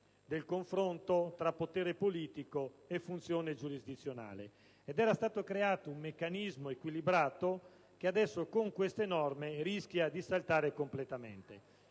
del confronto tra potere politico e funzione giurisdizionale ed era stato creato un meccanismo equilibrato, che adesso, con queste norme, rischia di saltare completamente.